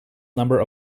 number